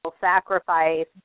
sacrifice